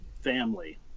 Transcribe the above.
family